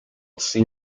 see